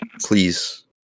please